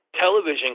television